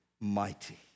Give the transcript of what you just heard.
mighty